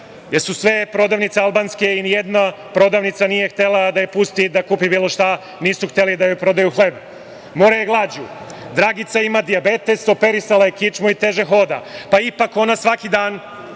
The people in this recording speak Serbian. su sve prodavnice albanske i nijedna prodavnica nije htela da je pusti da kupi bilo šta, nisu hteli da joj prodaju hleb. More je glađu. Dragica ima dijabetes, operisala je kičmu i teže hoda, pa ipak ona svaki dan